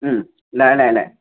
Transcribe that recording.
ꯎꯝ ꯂꯥꯛꯑꯦ ꯂꯥꯛꯑꯦ ꯂꯥꯛꯑꯦ